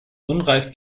unreif